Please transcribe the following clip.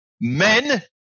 men